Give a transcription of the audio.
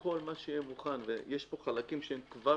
כל מה שיהיה מוכן - ויש פה חלקים שהם כבר